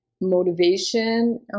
motivation